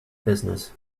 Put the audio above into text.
business